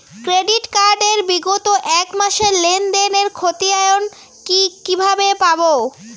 Credit card এর বিগত এক মাসের লেনদেন এর ক্ষতিয়ান কি কিভাবে পাব?